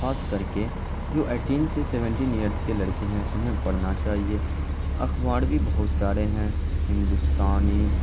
خاص کر کے جو ایٹین سے سیونٹین ایئرس کے لڑکے ہیں انہیں پڑھنا چاہیے اخبار بھی بہت سارے ہیں ہندوستانی